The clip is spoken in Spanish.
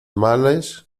males